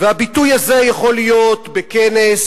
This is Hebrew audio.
והביטוי הזה יכול להיות בכנס,